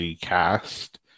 cast